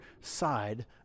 side